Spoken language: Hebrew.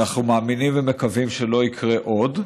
אנחנו מאמינים ומקווים שלא יקרה עוד.